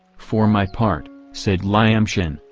for my part, said lyamshin,